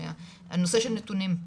הנושא של נתונים,